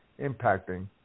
impacting